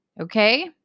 Okay